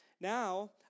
Now